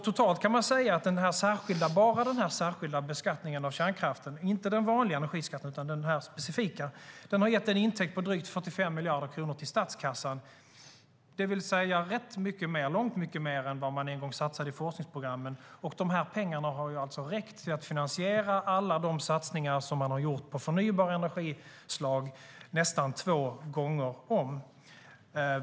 Totalt kan man säga att bara den särskilda skatten på kärnkraften, inte den vanliga energiskatten, har gett en intäkt på drygt 45 miljarder kronor till statskassan, det vill säga långt mycket mer än vad man en gång satsade i forskningsprogrammen. De här pengarna har räckt till att finansiera alla de satsningar som gjorts på förnybara energislag nästan två gånger om.